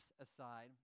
aside